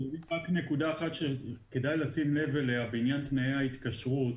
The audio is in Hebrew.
נקודה אחת שכדאי לשים לב אליה בעניין תנאי ההתקשרות,